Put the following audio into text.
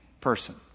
person